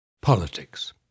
Politics